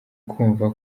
kumva